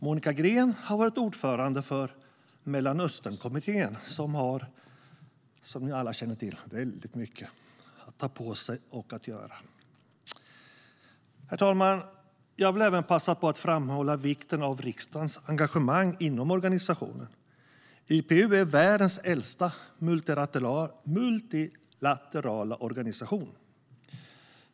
Monica Green har varit viceordförande för Mellanösternkommittén som, som vi alla känner till, har väldigt mycket att göra. Herr talman! Jag vill passa på att framhålla vikten av riksdagens engagemang inom organisationen. IPU är världens äldsta multilaterala organisation.